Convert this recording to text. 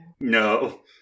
No